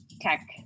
tech